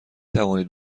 توانید